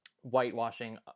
whitewashing